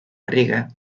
riga